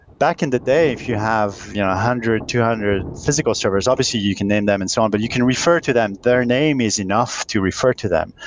back in the day, if you have, one you know hundred, two hundred physical servers, obviously you can name them and so on, but you can refer to them. their name is enough to refer to them.